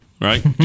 Right